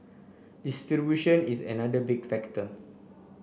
distribution is another big factor